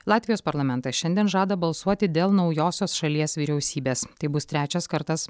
latvijos parlamentas šiandien žada balsuoti dėl naujosios šalies vyriausybės tai bus trečias kartas